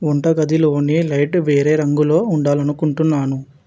వంటగదిలోని light వేరే రంగులో ఉండాలనుకుంటున్నాను